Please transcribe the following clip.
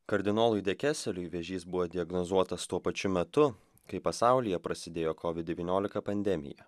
kardinolui dekeseliui vėžys buvo diagnozuotas tuo pačiu metu kai pasaulyje prasidėjo covid devyniolika pandemija